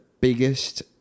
biggest